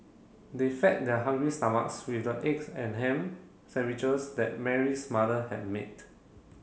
they fed their hungry stomachs with the eggs and ham sandwiches that Mary's mother had made